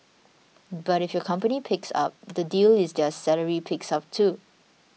but if your company picks up the deal is their salary picks up too